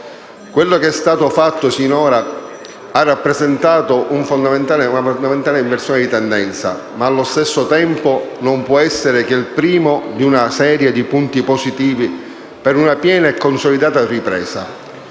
Quello che è stato fatto finora ha rappresentato una fondamentale inversione di tendenza, ma allo stesso tempo non può essere che il primo di una serie di punti positivi per una piena e consolidata ripresa.